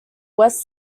west